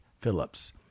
Phillips